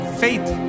faith